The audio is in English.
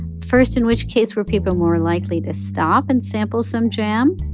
first, in which case were people more likely to stop and sample some jam?